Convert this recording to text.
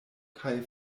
kaj